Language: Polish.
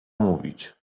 mówić